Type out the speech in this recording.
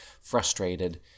frustrated